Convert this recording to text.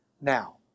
Now